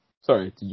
Sorry